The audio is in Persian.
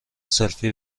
سلفی